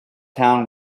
town